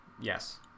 yes